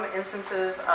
instances